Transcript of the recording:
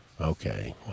Okay